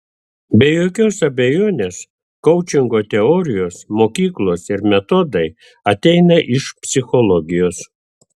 be jokios abejonės koučingo teorijos mokyklos ir metodai ateina iš psichologijos